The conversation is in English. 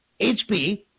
HP